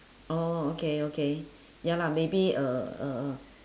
orh okay okay ya lah maybe uh uh uh